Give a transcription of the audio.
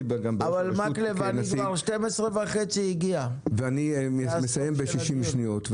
כבר 12:30. אני מסיים בשישים שניות.